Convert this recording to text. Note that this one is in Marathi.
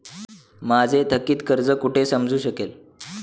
माझे थकीत कर्ज कुठे समजू शकेल?